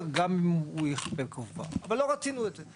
גם אם הוא --- אבל לא רצינו את זה.